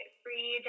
free